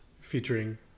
featuring